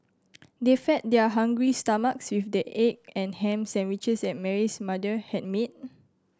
they fed their hungry stomachs with the egg and ham sandwiches that Mary's mother had made